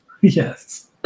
Yes